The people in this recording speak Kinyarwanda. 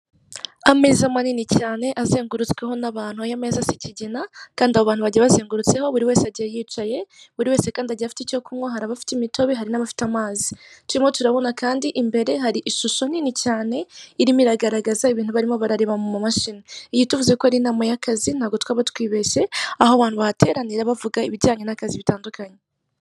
Ameza manini cyane azengurutsweho n'abantu, aya meza asa ikigina, kandi abo bantu bagiye bazengurutseho, buri wese agiye yicaye. Buri wese kandi agiye afite icyo kunywa, hari abafite imitobe, hari n'abafite amazi. Turimo turabona kandi, imbere hari ishusho nini cyane irimo iragaragaza ibintu barimo barareba mu mamashini. Iyi tuvuze ko ari inama y'akazi ntabwo twaba twibeshye, aho abantu bahateranira bavuga ibijyanye n'akazi bitandukanye.